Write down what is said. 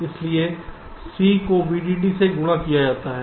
इसलिए C को VDD से गुणा किया जाता है